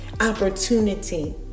opportunity